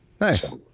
Nice